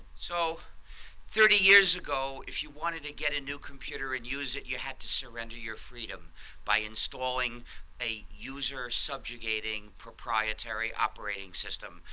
so thirty years ago, if you wanted to get a new computer and use it, you had to surrender your freedom by installing a user subjugating proprietary operating system.